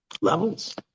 levels